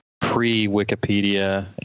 pre-Wikipedia